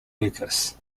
lucas